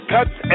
Cuts